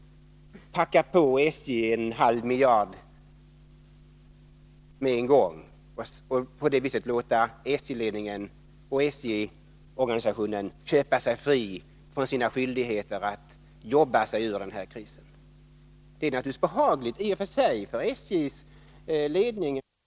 Det är naturligtvis i och för sig behagligt för SJ:s ledning att höra att en halv miljard — och inom en nära framtid förmodligen mycket mer pengar — sätts in för att reda upp deras problem. Men den realistiska lösningen när det gäller SJ:s framtid ligger i strukturplanen, som är en målmedveten satsning på att företaget skall komma ur de bekymmer som SJ nu befinner sig i. Det är inte vår sak att försvara den nuvarande regeringens hållning. Men som ett av de båda oppositionspartierna kan vi inte heller utan vidare ge socialdemokraterna rätt i sin kritik.